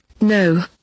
No